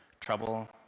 trouble